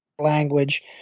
language